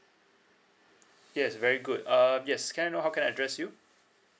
yes very good uh yes can I know how can I address you